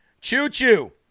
Choo-choo